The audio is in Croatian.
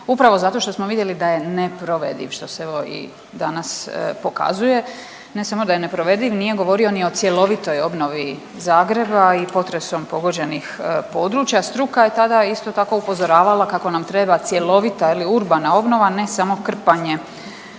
upravo zato što smo vidjeli da je neprovediv, što se evo i danas pokazuje. Ne samo da je neprovediv, nije govorio ni o cjelovitoj obnovi Zagreba i potresom pogođenih područja, struka je tada, isto tako, upozoravala kako nam treba cjelovita, je li, urbana obnova, ne samo krpanje